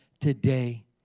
today